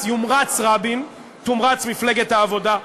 יומרץ רבין, תומרץ מפלגת העבודה.